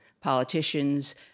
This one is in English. politicians